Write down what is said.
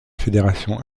fédération